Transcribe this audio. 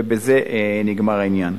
ובזה נגמר העניין.